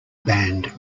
band